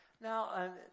Now